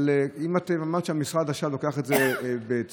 אבל אם אמרת שהמשרד עכשיו לוקח את זה בצורה